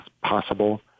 possible